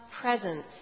presence